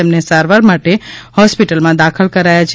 તેમને સારવાર માટે હોસ્પિટલમાં દાખલ કરાયા છે